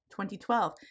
2012